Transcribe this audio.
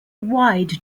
wide